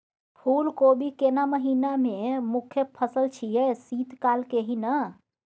फुल कोबी केना महिना के मुखय फसल छियै शीत काल के ही न?